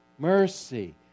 Mercy